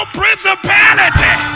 principality